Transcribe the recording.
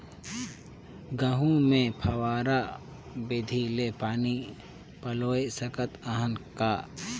गहूं मे फव्वारा विधि ले पानी पलोय सकत हन का?